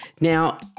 Now